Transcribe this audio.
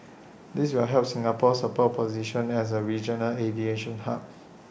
this will help Singapore support position as A regional aviation hub